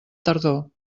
tardor